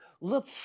Look